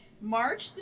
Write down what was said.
March